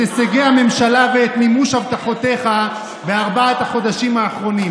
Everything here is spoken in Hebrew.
הישגי הממשלה ואת מימוש הבטחותיך בארבעת החודשים האחרונים,